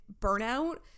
burnout